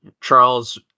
Charles